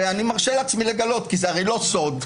ואני מרשה לעצמי לגלות כי זה הרי לא סוד,